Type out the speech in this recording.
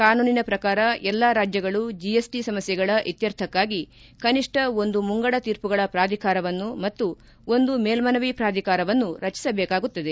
ಕಾನೂನಿನ ಪ್ರಕಾರ ಎಲ್ಲಾ ರಾಜ್ಯಗಳು ಜಿಎಸ್ಟ ಸಮಸ್ಯೆಗಳ ಇತ್ಯರ್ಥಕ್ಕಾಗಿ ಕನಿಷ್ಟ ಒಂದು ಮುಂಗಡ ತೀರ್ಮಗಳ ಪ್ರಾಧಿಕಾರವನ್ನು ಮತ್ತು ಒಂದು ಮೇಲ್ಮನವಿ ಪ್ರಾಧಿಕಾರವನ್ನು ರಚಿಸಬೇಕಾಗುತ್ತದೆ